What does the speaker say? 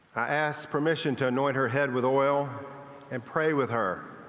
i asked permission to anoint her head with oil and pray with her